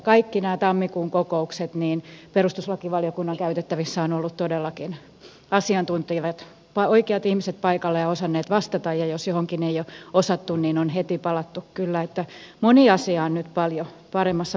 kaikissa näissä tammikuun ko kouksissa perustuslakivaliokunnan käytettävissä ovat olleet todellakin asiantuntevat oikeat ihmiset paikalla ja he ovat osanneet vastata ja jos johonkin ei ole osattu niin siihen on heti palattu kyllä niin että moni asia on nyt paljon paremmassa valmistelussa